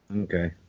Okay